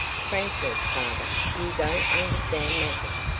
frankly, father, you don't understand matters,